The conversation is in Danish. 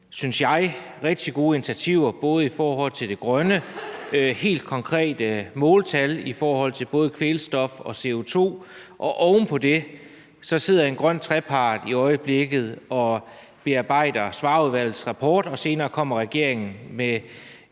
synes jeg, rigtig gode initiativer, både i forhold til det helt konkrete grønne måltal og i forhold til kvælstof og CO2. Oven på det sidder en grøn trepart i øjeblikket og bearbejder Svarerudvalgets rapport, og senere kommer regeringen med